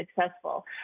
successful